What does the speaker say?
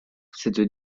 cette